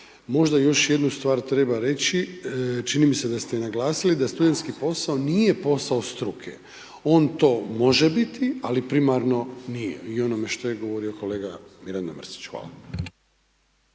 Možda još jednu stvar treba reći, čini mi se da ste je naglasili, da studentski posao nije posao struke, on to može biti ali primarno nije i o onome što je govorio kolega Mirando Mrsić. Hvala.